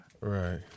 Right